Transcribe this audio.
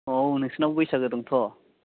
अ नोंसिनाव बैसागो दंथ'